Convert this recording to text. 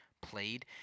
Played